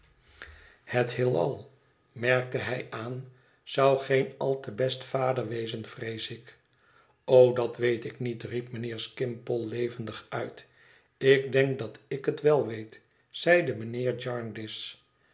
het heelal merkte hij aan zou geen al te best vader wezen vrees ik o dat weet ik niet riep mijnheer skimpole levendig uit ik denk dat ik het wel weet zeide mijnheer